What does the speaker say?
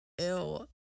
Ew